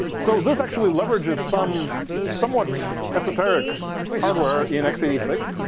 so this actually leverages some somewhat esoteric hardware in x eight six.